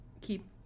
keep